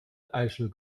eichel